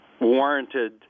warranted